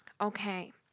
Okay